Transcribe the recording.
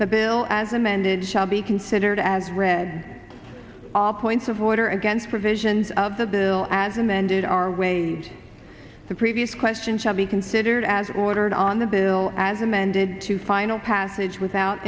the bill as amended shall be considered as read all points of order against provisions of the bill as amended our way and the previous question shall be considered as ordered on the bill as amended to final passage without